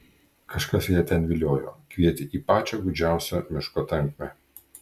kažkas ją ten viliojo kvietė į pačią gūdžiausią miško tankmę